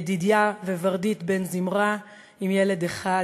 ידידיה וורדית בן זמרה עם ילד אחד,